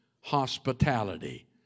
hospitality